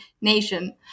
nation